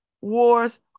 wars